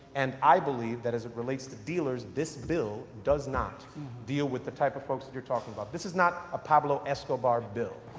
and i believe that as it relates to dealers this bill does not deal with the type of folks that you're talking about. this is not a pablo escobar bill.